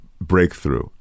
breakthrough